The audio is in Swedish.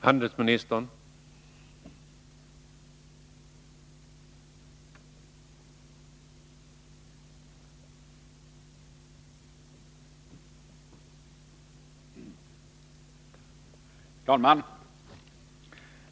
Herr talman!